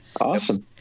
awesome